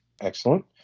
excellent